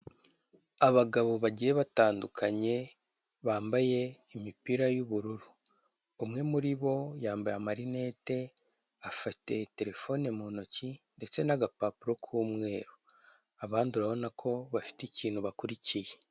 Abagabo bagiye batandukanye bambaye imipira y'ubururu, umwe muribo yambaye amarinete afite Telefone mu ntoki ndetse n'agapapuro k'umweru abandi urabona ko bafite ikintu bakurikiye.